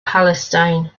palestine